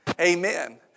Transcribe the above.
Amen